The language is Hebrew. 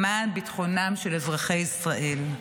למען ביטחונם של אזרחי ישראל.